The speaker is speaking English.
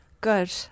Good